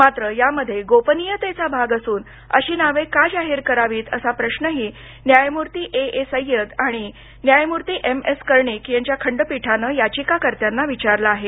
मात्र ह्यामध्ये गोपनीयतेचा भाग असून अशी नावे का का जाहीर करावीत असा प्रश्नही न्यायमूर्ती ए ए सय्यद आणि एम एस कर्णिक यांच्या खंडापीठानं याचिकाकर्त्यांना विचारला आहे